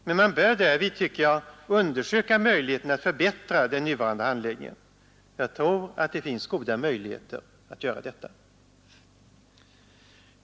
Men man bör därvid undersöka möjligheterna att förbättra den nuvarande handläggningen. Jag tror att det finns goda möjligheter att göra detta.